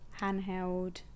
handheld